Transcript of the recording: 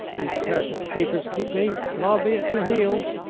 these cursed papers keep me, but i will be at your heels.